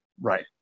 Right